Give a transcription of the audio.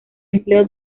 empleo